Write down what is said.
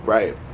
Right